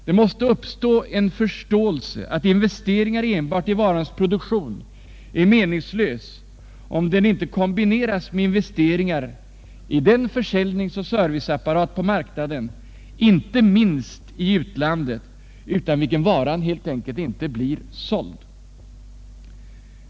Det mäste uppstå en förståelse för att investeringar enbart i varans produktion är meningslösa, om de inte kombineras med investeringar i den försäljnings och serviceapparat på marknaden, inte minst i utlandet, utan vilken varan inte blir såld.